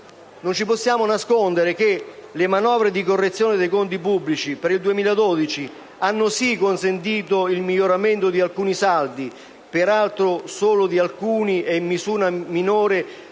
Non ci possiamo nascondere che le manovre di correzione dei conti pubblici per il 2012 hanno sì consentito il miglioramento di alcuni saldi (peraltro solo di alcuni e in misura minore